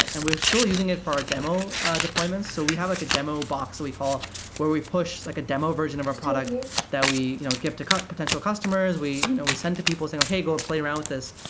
and we're still using it for our demo deployments. so we have like a demo box that we call where we push like a demo version of a product that we you know give to potential customers, we you know we send to people saying like, hey, go play around with this.